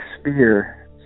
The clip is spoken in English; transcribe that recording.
sphere